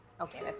Okay